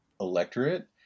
electorate